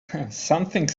something